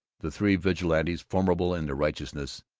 the three vigilantes, formidable in their righteousness,